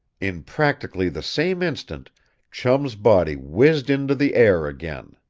in practically the same instant chum's body whizzed into the air again.